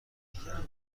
میکردن